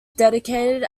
dedicated